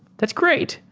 that's great.